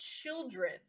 children